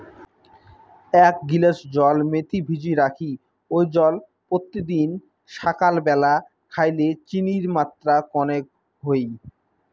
এ্যাক গিলাস জল মেথি ভিজি রাখি ওই জল পত্যিদিন সাকাল ব্যালা খাইলে চিনির মাত্রা কণেক হই